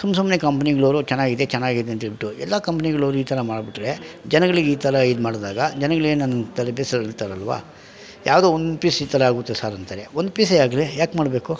ಸುಮ್ಮಸುಮ್ಮನೆ ಕಂಪ್ನಿಗಳೋರು ಚೆನ್ನಾಗಿದೆ ಚೆನ್ನಾಗಿದೆ ಅಂತ್ಹೇಳ್ಬಿಟ್ಟು ಎಲ್ಲ ಕಂಪ್ನಿಗಳೋರು ಈ ಥರ ಮಾಡಿಬಿಟ್ರೆ ಜನಗಳಿಗೆ ಈ ಥರ ಇದು ಮಾಡಿದಾಗ ಜನಗಳು ಏನನ ತಲೆ ಬಿಸಿಲಿ ಇರ್ತಾರಲ್ವಾ ಯಾವುದೋ ಒಂದು ಪೀಸ್ ಈ ಥರ ಆಗುತ್ತೆ ಸರ್ ಅಂತಾರೆ ಒಂದು ಪೀಸೇ ಆಗಲಿ ಯಾಕೆ ಮಾಡಬೇಕು